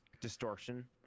distortion